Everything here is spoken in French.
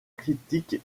critique